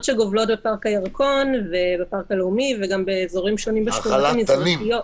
שגובלות בפארק הירקון ובפארק הלאומי וגם באזורים שונים בשכונות המזרחיות.